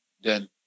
then